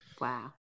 Wow